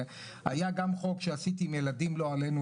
היה גם חוק שעשית עם ילדים לא עלינו,